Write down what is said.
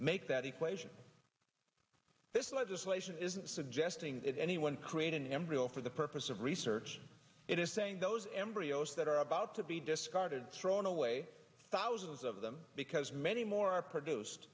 make that equation this legislation isn't suggesting that anyone create an embryo for the purpose of research it is saying those embryos that are about to be discarded thrown away thousands of them because many more are produced